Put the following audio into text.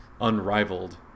unrivaled